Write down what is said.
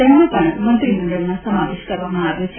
તેમનો પણ મંત્રીમંડળમાં સમાવેશ કરવામાં આવ્યો છે